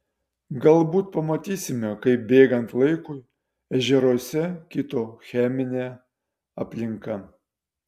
galbūt pamatysime kaip bėgant laikui ežeruose kito cheminė aplinka